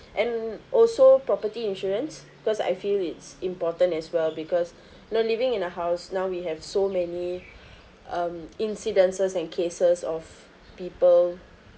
and also property insurance cause I feel it's important as well because no living in a house now we have so many um incidences and cases of people